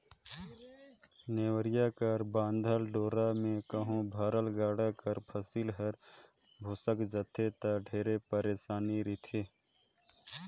नेवरिया कर बाधल डोरा मे कहो भरल गाड़ा कर फसिल हर भोसेक जाथे ता ढेरे पइरसानी रिथे